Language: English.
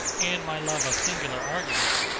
and my love of singular arguments,